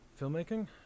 filmmaking